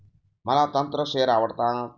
मला तंत्र शेअर आवडतात